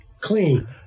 clean